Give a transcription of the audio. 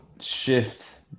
shift